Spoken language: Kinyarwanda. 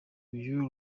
uyu